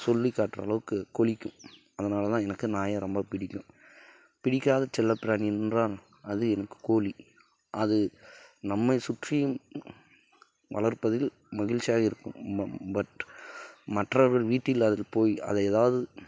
சொல்லிக்காட்டுகிற அளவுக்கு கொரைக்கும் அதனால்தான் எனக்கு நாயை ரொம்ப பிடிக்கும் பிடிக்காத செல்லப்பிராணி என்றால் அது எனக்கு கோழி அது நம்மை சுற்றியும் வளர்ப்பதில் மகிழ்ச்சியாக இருக்கும் பட் மற்றவர்கள் வீட்டில் அதில் போய் அதை ஏதாவது